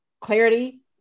clarity